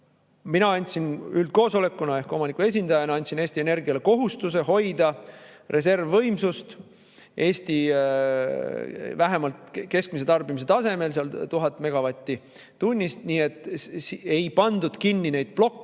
Mina andsin üldkoosolekuna ehk omaniku esindajana Eesti Energiale kohustuse hoida reservvõimsust vähemalt Eesti keskmise tarbimise tasemel, 1000 megavatti tunnis. Nii et ei pandud kinni neid plokke